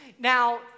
Now